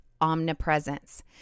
omnipresence